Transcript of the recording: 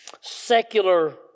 secular